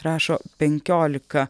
rašo penkiolika